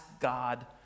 God